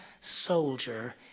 soldier